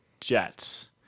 Jets